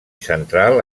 central